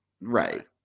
Right